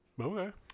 okay